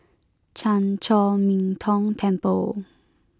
Chan Chor Min Tong Temple